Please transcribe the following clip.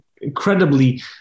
incredibly